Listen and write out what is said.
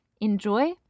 Enjoy